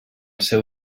seu